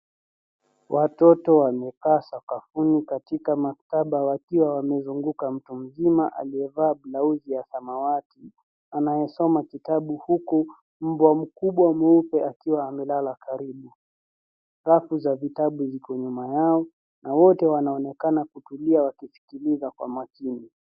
Watoto wamekaa sakafuni katika maktaba wakiwa wamezunguka mtu mzima aliyevaa blausi ya samawati anayesoma kitabu huku mbwa mkubwa mweupe akiwa amelala karibu. Rafu za vitabu ziko nyuma yao na wote wanaonekana kutulia wakisikiliza kwa makini.